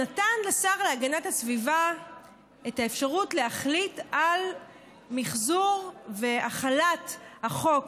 ניתנה לשר להגנת הסביבה האפשרות להחליט על מִחזור והחלת החוק